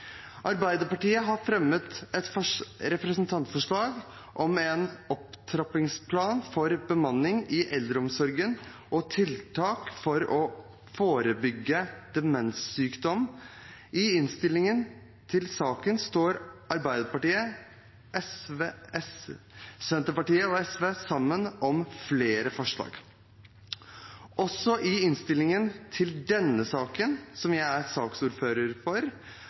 Arbeiderpartiet har fremmet et representantforslag om en opptrappingsplan for bemanning i eldreomsorgen og tiltak for å forebygge demenssykdom. I innstillingen til den saken står Arbeiderpartiet, Senterpartiet og SV sammen om flere forslag. Også i innstillingen til denne saken om representantforslaget fra Senterpartiet, som jeg er saksordfører for,